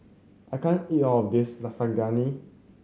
I can't eat all of this Lasagne